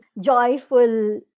joyful